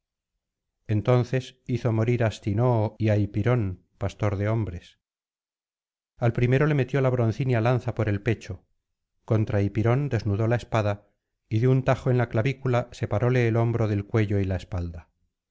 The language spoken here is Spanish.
entonces hizo morir á astinoo y á hipirón pastor de hombres al primero le metió la broncínea lanza por el pecho contra hipirón desnudó la espada y de un tajo en la clavícula separóle el hombro del cuello y la espalda